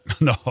No